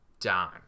dime